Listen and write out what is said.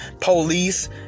police